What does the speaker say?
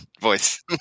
voice